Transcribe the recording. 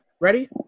Ready